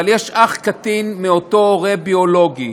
יש אח קטין מאותו הורה ביולוגי